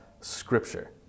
Scripture